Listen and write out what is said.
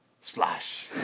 Splash